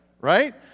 right